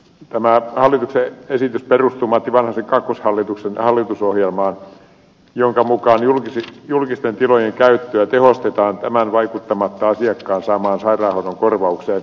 tämä hallituksen esitys perustuu matti vanhasen kakkoshallituksen hallitusohjelmaan jonka mukaan julkisten tilojen käyttöä tehostetaan tämän vaikuttamatta asiakkaan saamaan sairaanhoitokorvaukseen